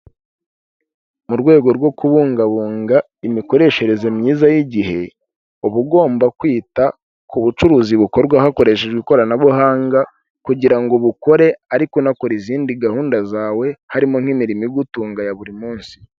Mu rwego rwo kubungabunga imikoreshereze myiza y'igihe, uba ugomba kwita ku bucuruzi bukorwa hakoreshejwe ikoranabuhanga kugira ngo bukore ariko unakora izindi gahunda zawe, harimo nk'imirimo igutunga ya buri munsi.